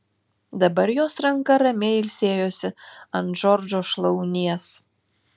dabar jos ranka ramiai ilsėjosi ant džordžo šlaunies